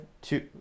two